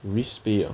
risk pay ah